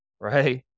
Right